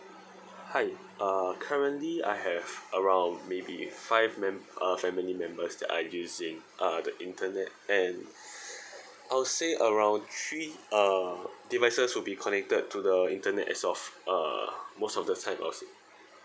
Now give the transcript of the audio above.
hi uh currently I have around maybe five mem~ uh family members that are using uh the internet and I'll say around three uh devices would be connected to the internet as of uh most of the time I will say